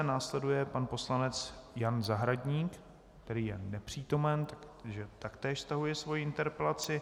Následuje pan poslanec Jan Zahradník, který je nepřítomen, takže taktéž stahuje svoji interpelaci.